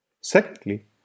Secondly